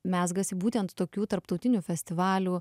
mezgasi būtent tokių tarptautinių festivalių